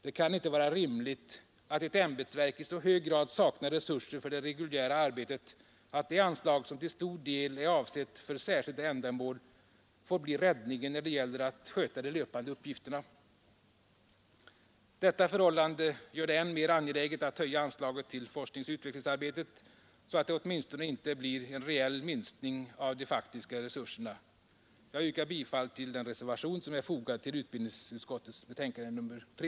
Det kan inte vara rimligt att ett ämbetsverk i så hög grad saknar resurser för det reguljära arbetet, att det anslag som till stor del är avsett för särskilda ändamål får bli räddningen när det gäller att sköta de löpande uppgifterna. Detta förhållande gör det än mer angeläget att höja anslaget till forskningsoch utvecklingsarbetet, så att det åtminstone inte blir en reell minskning av de faktiska resurserna. Herr talman! Jag yrkar bifall till den reservation som är fogad till utbildningsutskottets betänkande nr 3.